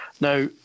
Now